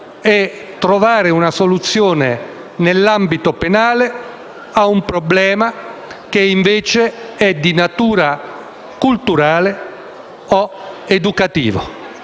trovare una soluzione nell'ambito penale ad un problema che, invece, è di natura culturale o educativa.